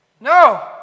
No